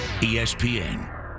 ESPN